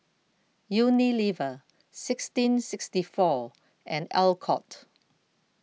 Unilever sixteen sixty four and Alcott